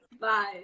Bye